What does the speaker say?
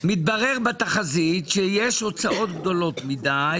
מתברר בתחזית שיש הוצאות גדולות מידיי